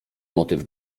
motyw